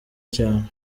cyane